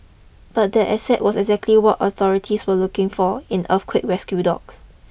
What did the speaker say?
but that asset was exactly what authorities were looking for in earthquake rescue dogs